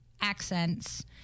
accents